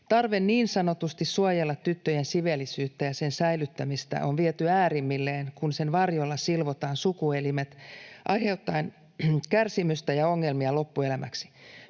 Tarve niin sanotusti suojella tyttöjen siveellisyyttä ja sen säilyttämistä on viety äärimmilleen, kun sen varjolla silvotaan sukuelimet aiheuttaen kärsimystä ja ongelmia loppuelämäksi,